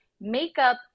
makeup